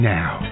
now